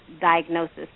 diagnosis